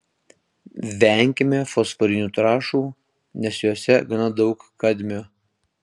venkime fosforinių trąšų nes jose gana daug kadmio